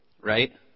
right